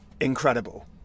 incredible